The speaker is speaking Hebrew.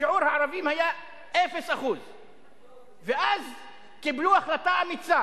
שיעור הערבים היה 0%. ואז קיבלו החלטה אמיצה,